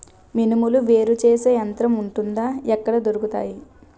మినుములు వేరు చేసే యంత్రం వుంటుందా? ఎక్కడ దొరుకుతాయి?